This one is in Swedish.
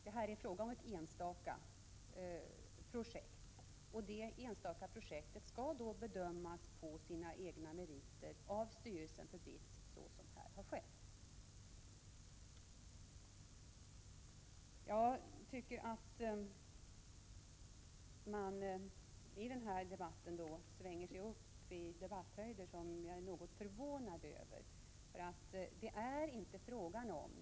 Det här är fråga om ett enstaka projekt, och det enstaka projektet skall bedömas utifrån sina egna meriter av styrelsen för BITS på det sätt som har skett. I denna debatt tar sig talarna upp till debatthöjder som förvånar mig.